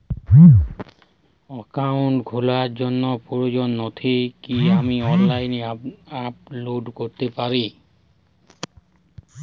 Account খোলার জন্য প্রয়োজনীয় নথি কি আমি অনলাইনে আপলোড করতে পারি?